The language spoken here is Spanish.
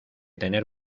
tener